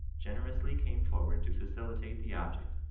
generously came forward to facilitate the object,